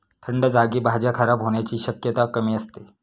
थंड जागी भाज्या खराब होण्याची शक्यता कमी असते